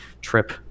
trip